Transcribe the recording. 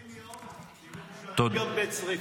20 יום, אם הוא משרת גם בצריפין?